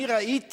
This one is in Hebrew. אני ראיתי